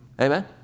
Amen